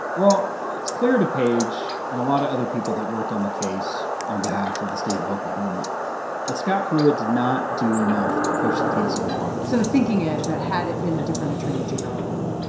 well, it's clear to page and a lot of other people that worked on the case on behalf of the state of oklahoma that scott pruitt did not do enough to push the case along so the thinking is that had it been a different attorney general,